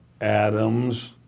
Adams